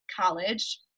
college